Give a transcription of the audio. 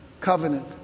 covenant